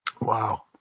Wow